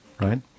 Right